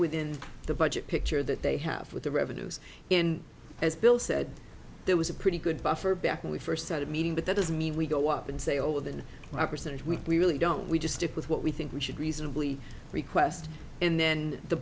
within the budget picture that they have with the revenues in as bill said there was a pretty good buffer back when we first started meeting but that doesn't mean we go up and say oh within my percentage we really don't we just stick with what we think we should reasonably request and then the